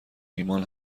ایمان